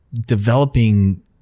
developing